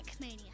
Mania